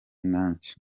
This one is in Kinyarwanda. nanjye